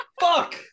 Fuck